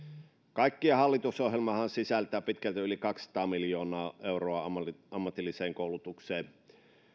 kaikkiaan hallitusohjelmahan sisältää pitkälti yli kaksisataa miljoonaa euroa ammatilliseen koulutukseen